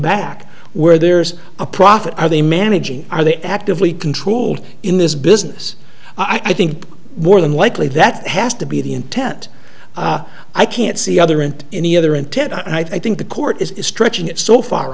back where there's a profit are they managing are they actively controlled in this business i think more than likely that has to be the intent i can't see other in any other intent i think the court is stretching it so far